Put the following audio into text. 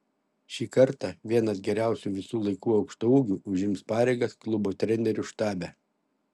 šį kartą vienas geriausių visų laikų aukštaūgių užims pareigas klubo trenerių štabe